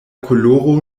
koloro